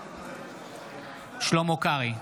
בעד שלמה קרעי,